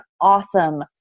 awesome